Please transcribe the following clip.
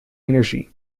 energie